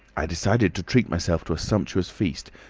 i decided to treat myself to a sumptuous feast,